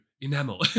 enamel